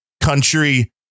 country